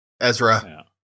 Ezra